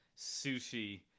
sushi